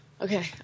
Okay